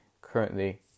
currently